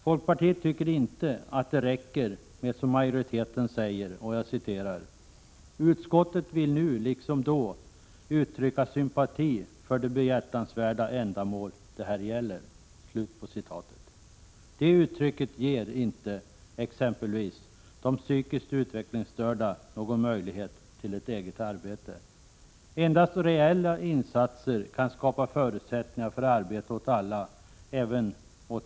Folkpartiet tycker inte att det räcker med vad majoriteten säger: ”Utskottet vill nu liksom då uttrycka sympati för det behjärtansvärda ändamål det här gäller.” Det uttalandet ger inte exempelvis de psykiskt utvecklingsstörda någon möjlighet till eget arbete. Endast reella insatser kan skapa förutsättningar för arbete åt alla, inkl.